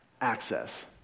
access